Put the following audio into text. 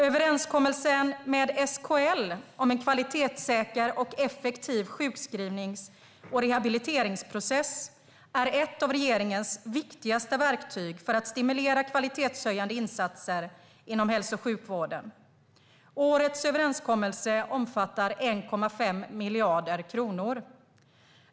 Överenskommelsen med SKL om en kvalitetssäker och effektiv sjukskrivnings och rehabiliteringsprocess är ett av regeringens viktigaste verktyg för att stimulera kvalitetshöjande insatser inom hälso och sjukvården. Årets överenskommelse omfattar 1,5 miljarder kronor.